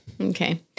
okay